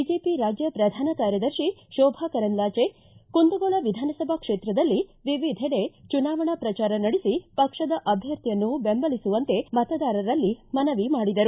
BJP ರಾಜ್ಯ ಪ್ರಧಾನ ಕಾರ್ಯದರ್ಶಿ ಶೋಭಾ ಕರಂದ್ವಾಜೆ ಕುಂದಗೋಳ ವಿಧಾನಸಭಾ ಕ್ಷೇತ್ರದಲ್ಲಿ ವಿವಿಧೆಡೆ ಚುನಾವಣಾ ಪ್ರಚಾರ ನಡೆಸಿ ಪಕ್ಷದ ಅಭ್ಯರ್ಥಿಯನ್ನು ಬೆಂಬಲಿಸುವಂತೆ ಮತದಾರರಲ್ಲಿ ಮನವಿ ಮಾಡಿದರು